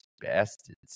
Bastards